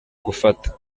gufata